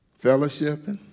fellowshipping